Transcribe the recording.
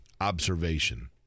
observation